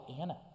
Anna